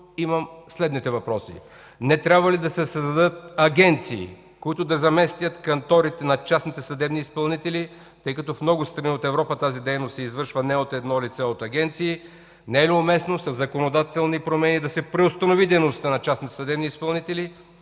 имам следните въпроси: не трябва ли да се създадат агенции, които да заместят канторите на частните съдебни изпълнители, тъй като в много от страните в Европа тази дейност се извършва не от едно лице, а от агенции? Не е ли уместно със законодателни промени да се преустанови дейността на частните съдебни изпълнители